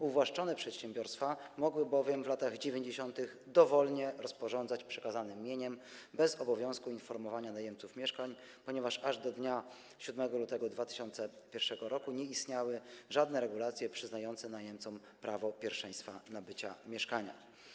Uwłaszczone przedsiębiorstwa mogły w latach 90. dowolnie rozporządzać przekazanym mieniem bez obowiązku informowania najemców mieszkań, ponieważ aż do dnia 7 lutego 2001 r. nie istniały żadne regulacje przyznające najemcom prawo pierwszeństwa w nabyciu mieszkania.